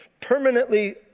permanently